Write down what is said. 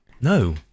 No